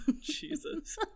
Jesus